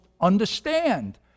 understand